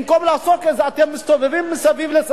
במקום לעשות את זה אתם מסתובבים סביב-סביב.